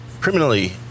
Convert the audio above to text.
Criminally